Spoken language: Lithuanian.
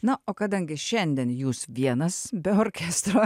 na o kadangi šiandien jūs vienas be orkestro